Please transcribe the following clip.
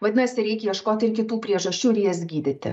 vadinasi reikia ieškoti ir kitų priežasčių ir jas gydyti